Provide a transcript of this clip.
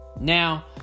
Now